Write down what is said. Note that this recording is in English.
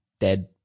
dead